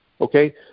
okay